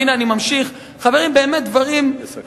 אני ממשיך, דברים באמת רהוטים